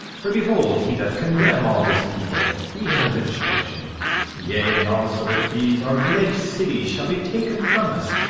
for behold he doth condemn all this people, even unto destruction yea, and also that these our great cities shall be taken from us,